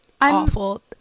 awful